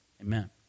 Amen